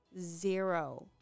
zero